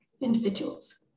individuals